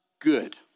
good